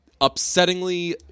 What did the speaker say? upsettingly